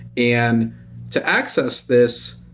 and to access this,